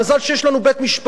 מזל שיש לנו בית-משפט.